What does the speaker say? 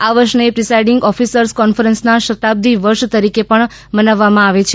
આ વર્ષને presiding officers કોન્ફરન્સના શતાબ્દી વર્ષ તરીકે પણ મનાવાવમાં આવે છે